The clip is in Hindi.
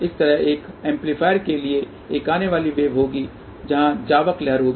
इसी तरह एक एम्पलीफायर के लिए एक आने वाली वेव होगी वहाँ जावक लहर होगी